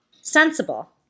Sensible